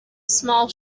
small